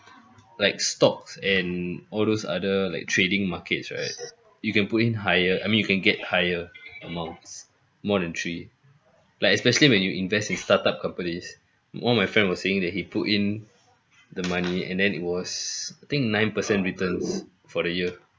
like stocks and all those other like trading markets right you can put in higher I mean you can get higher amounts more than three like especially when you invest in start-up companies one of my friend was saying that he put in the money and then it was I think nine percent returns for the year